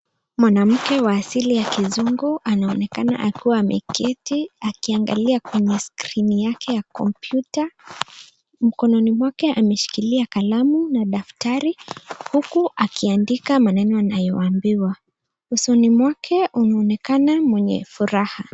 Mwanamke Wa asili ya Kizungu, anaonekana akiwa ameketi, akiangalia kwenye skrini yake ya komputa. Mkononi mwake anashikilia kalamu na daftari. Huku, akiandika maneno anayoambiwa. Usoni mwake anaonekana mwenye furaha.